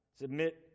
submit